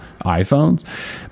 iPhones